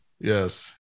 yes